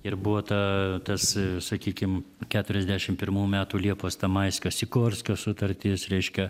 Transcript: ir buvo ta tas sakykim keturiasdešimt pirmų metų liepos tamaiskio sikorskio sutartis reiškia